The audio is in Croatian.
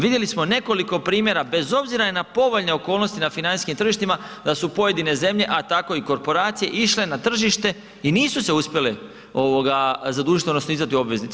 Vidjeli smo nekoliko primjera bez obzira i na povoljne okolnosti na financijskim tržištima da su pojedine zemlje, a tako i korporacije išle na tržište i nisu se uspjele ovoga zadužiti odnosno izdati obveznice.